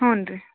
ಹ್ಞೂ ರೀ